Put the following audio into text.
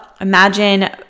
imagine